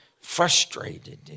frustrated